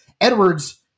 Edwards